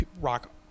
rock